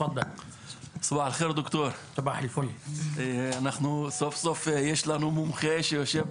בוקר טוב, סוף סוף יש לנו מומחה שיושב